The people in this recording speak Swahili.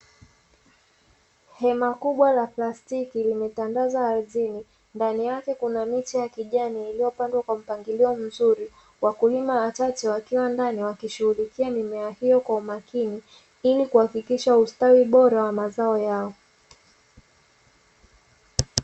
Hema kubwa la plastiki limetandazwa ardhini, ndani yake kuna miche ya kijani iliyopandwa kwa mpangilio mzuri. Wakulima wachache wakiwa ndani wakishughulikia mimea hiyo kwa umakini, ili kuhakikisha ustawi bora wa mazao yao.